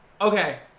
Okay